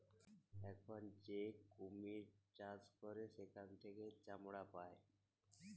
এখল যে কুমির চাষ ক্যরে সেখাল থেক্যে চামড়া পায়